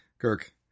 Kirk